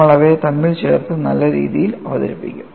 നമ്മൾ അവയെ തമ്മിൽ ചേർത്ത് നല്ല രീതിയിൽ അവതരിപ്പിക്കും